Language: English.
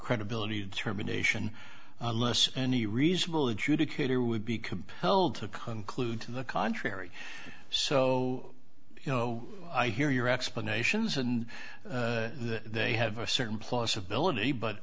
credibility determination unless any reasonable adjudicator would be compelled to conclude to the contrary so you know i hear your explanations and they have a certain plausibility but